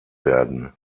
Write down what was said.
werden